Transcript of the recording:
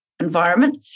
environment